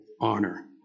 honor